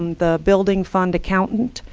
um the building fund accountant,